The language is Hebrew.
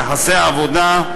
יחסי עבודה,